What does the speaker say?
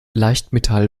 leichtmetall